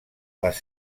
les